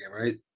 right